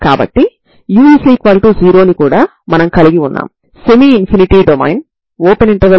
కాబట్టి మనం ప్రారంభ మరియు సరిహద్దు విలువలు కలిగిన సమస్యకు పరిష్కారాన్ని పొందుతాము